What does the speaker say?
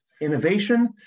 Innovation